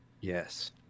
Yes